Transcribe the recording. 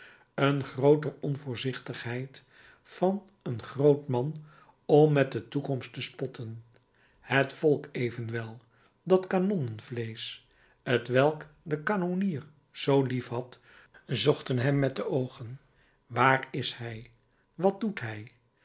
een groote onvoorzichtigheid van een groot man om met de toekomst te spotten de volken evenwel dat kanonnenvleesch t welk den kanonnier zoo lief had zochten hem met de oogen waar is hij wat doet hij